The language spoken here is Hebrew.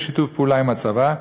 בשיתוף פעולה עם הצבא,